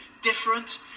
different